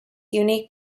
unique